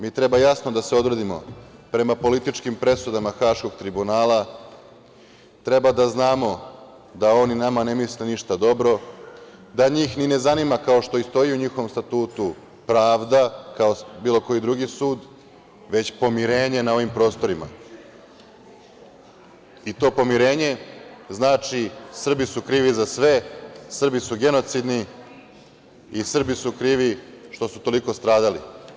Mi treba jasno da se odredimo prema političkim presudama Haškog tribunala, treba da znamo da oni nama ne misle ništa dobro, da njih ni ne zanima, kao što i stoji u njihovom Statutu Pravda, kao bilo koji drugi sud, već pomirenje na ovim prostorima i to pomirenje znači – Srbi su krivi za sve, Srbi su genocidni i Srbi su krivi što su toliko stradali.